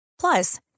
Plus